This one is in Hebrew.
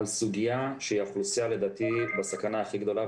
לאוכלוסייה שהיא לדעתי בסכנה הכי גדולה,